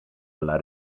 alla